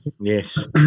Yes